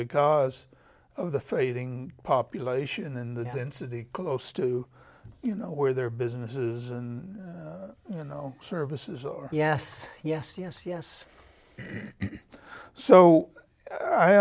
because of the fading population and the density close to you know where their businesses and you know services or yes yes yes yes so i